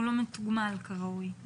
הוא לא מתוגמל כראוי.